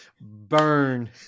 Burn